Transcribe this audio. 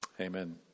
Amen